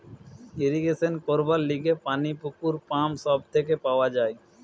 irrigation করবার লিগে পানি পুকুর, পাম্প সব থেকে পাওয়া যায়